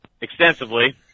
extensively